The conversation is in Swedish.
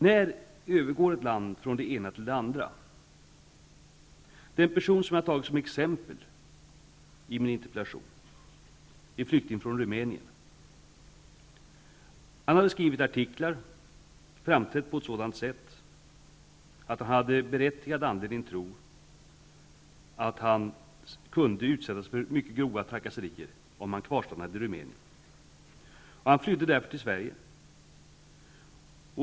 När övergår ett land från att vara det ena till det andra? Den person som jag har tagit som exempel i min interpellation är flykting från Rumänien. Han hade skrivit artiklar och framträtt på ett sådant sätt att han hade berättigad anledning tro att han kunde utsättas för mycket grova trakasserier om han kvarstannade i Rumänien. Han flydde därför till Sverige.